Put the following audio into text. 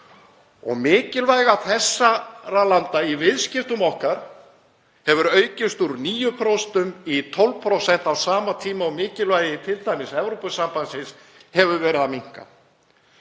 og mikilvægi þessara landa í viðskiptum okkar hefur aukist úr 9% í 12% á sama tíma og mikilvægi Evrópusambandsins hefur verið að minnka.